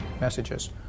messages